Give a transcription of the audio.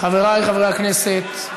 חברי חברי הכנסת,